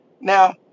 Now